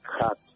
cut